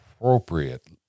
appropriate